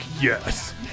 yes